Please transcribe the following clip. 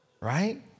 Right